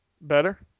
Better